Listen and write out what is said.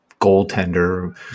goaltender